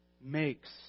makes